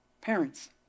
Parents